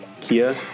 Kia